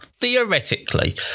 theoretically